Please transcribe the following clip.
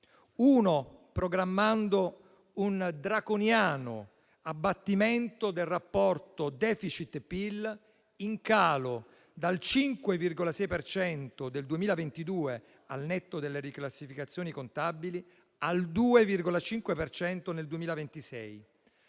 si programma un draconiano abbattimento del rapporto *deficit*-PIL in calo dal 5,6 per cento del 2022, al netto delle riclassificazioni contabili, al 2,5 per cento